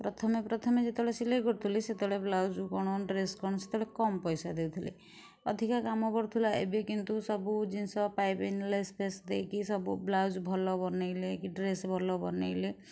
ପ୍ରଥମେ ପ୍ରଥମେ ଯେତେବେଳେ ସିଲେଇ କରୁଥିଲି ସେତେବେଳେ ବ୍ଲାଉଜ୍ କଣ ଡ୍ରେସ୍ କଣ ସେତେବେଳେ କମ୍ ପଇସା ଦେଉଥିଲେ ଅଧିକ କାମ ପଡ଼ୁଥିଲା ଏବେ କିନ୍ତୁ ସବୁ ଜିନିଷ ପାଇପିଙ୍ଗ୍ ଲେସ୍ଫେସ୍ ଦେଇକି ସବୁ ବ୍ଲାଉଜ୍ ଭଲ ବନେଇଲେ କି ଡ୍ରେସ୍ ଭଲ ବନେଇଲେ